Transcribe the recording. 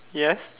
yes